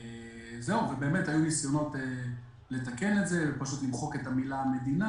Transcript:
היו ניסיונות לתקן את זה ופשוט למחוק את המילה "מדינה